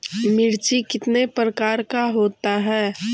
मिर्ची कितने प्रकार का होता है?